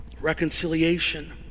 reconciliation